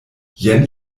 jen